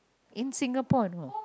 in Singapore I know